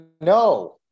No